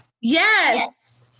Yes